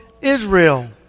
Israel